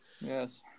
Yes